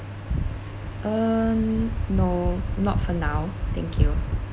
um no not for now thank you